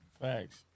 Thanks